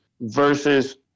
Versus